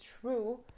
true